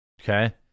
Okay